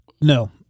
No